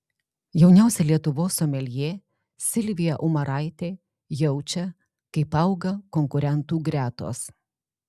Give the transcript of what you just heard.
jauniausia lietuvos someljė silvija umaraitė jaučia kaip auga konkurentų gretos